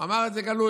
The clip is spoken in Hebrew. הוא אמר את זה בגלוי.